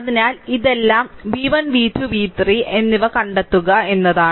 അതിനാൽ ഇതെല്ലാം v1 v2 v3 എന്നിവ കണ്ടെത്തുക എന്നതാണ്